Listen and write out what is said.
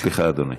סליחה, אדוני.